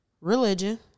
religion